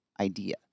idea